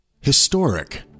Historic